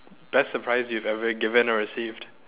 best surprise you've ever given or received